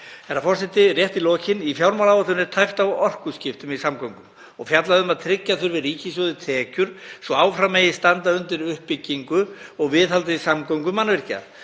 vel. Herra forseti. Rétt í lokin. Í fjármálaáætlun er tæpt á orkuskiptum í samgöngum og fjallað um að tryggja þurfi ríkissjóði tekjur svo áfram megi standa undir uppbyggingu og viðhaldi samgöngumannvirkja.